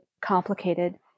complicated